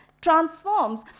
transforms